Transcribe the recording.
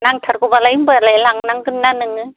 नांथारगौबालाय होनबालाय लांनांगोनना नोङो